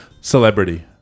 Celebrity